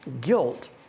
guilt